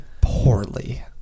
poorly